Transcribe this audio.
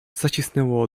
zacisnęło